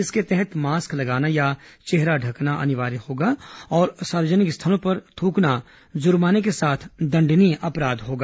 इसके तहत मास्क लगाना या चेहरा ढंकना अनिवार्य होगा और सार्वजनिक स्थलों पर थूकना जुर्माने के साथ दण्डनीय अपराध होगा